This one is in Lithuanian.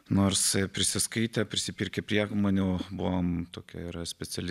nors prisiskaitę prisipirkę priemonių buvom tokia yra speciali